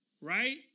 right